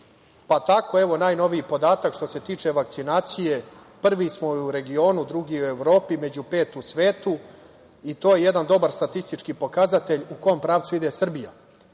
pa tako, evo, najnoviji podatak što se tiče vakcinacije, prvi smo u regionu, drugi u Evropi, među pet u svetu i to je jedan dobar statistički pokazatelj u kom pravcu ide Srbija. Što